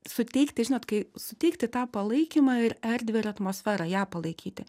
suteikti žinot kai suteikti tą palaikymą ir erdvę ir atmosferą ją palaikyti